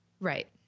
right